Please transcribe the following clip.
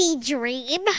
dream